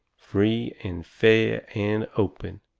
free and fair and open.